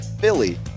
Philly